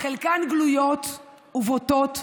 חלקן גלויות ובוטות,